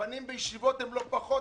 הבנים בישיבות הם לא פחות,